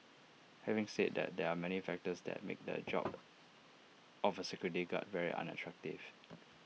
having said that there are many factors that make the job of A security guard very unattractive